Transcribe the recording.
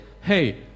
hey